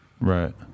Right